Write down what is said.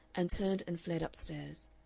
and turned and fled up-stairs.